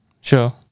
sure